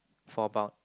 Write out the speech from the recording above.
for about